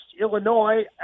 Illinois